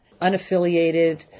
unaffiliated